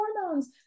hormones